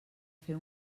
fer